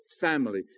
family